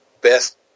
best